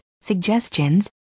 suggestions